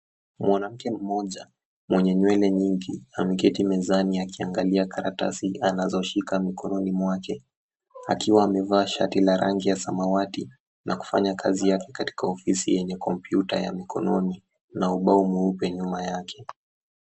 Mwanamke mmoja mwenye nywele nyingi ameketi mezani akiangalia karatasi anazoshika mikononi mwake akiwa amevaa shati la rangi ya samawati, na kufanya kazi yake katika ofisi yenye kompyuta ya mikononi na ubao mweupe nyuma yake.